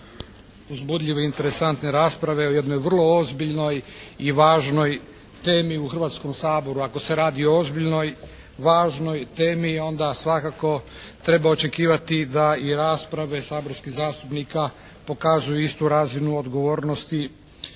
uzbudljive i interesantne rasprave o jednoj vrlo ozbiljnoj i važnoj temi u Hrvatskom saboru. Ako se radi o ozbiljnoj, važnoj temi onda svakako treba očekivati da i rasprave saborskih zastupnika pokazuju istu razinu odgovornosti